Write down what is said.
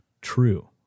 true